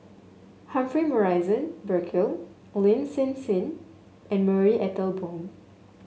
Humphrey Morrison Burkill Lin Hsin Hsin and Marie Ethel Bong